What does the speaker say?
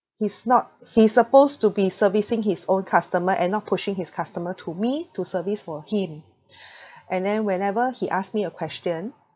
he's not he's supposed to be servicing his own customer and not pushing his customer to me to service for him and then whenever he ask me a question